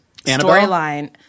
storyline